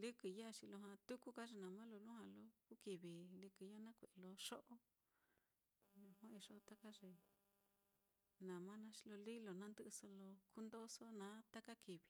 lɨkɨi ya á, xi lujua tuku ka ye nama lo lujua lo kuu kivi lɨkɨi ya á nakue'e lo xo'o, lujua iyo taka ye nama naá, xi lo líi lo nandɨ'ɨso lo kundóso naá taka kivi.